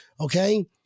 Okay